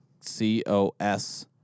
c-o-s